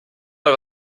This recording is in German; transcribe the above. mal